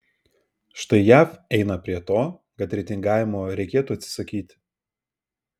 štai jav eina prie to kad reitingavimo reikėtų atsisakyti